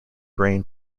grain